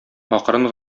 акрын